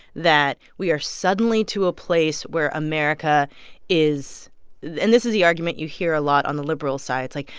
that we are suddenly to a place where america is and this is the argument you hear a lot on the liberal side. it's like,